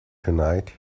tonight